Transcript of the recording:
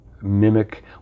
mimic